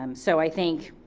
um so i think.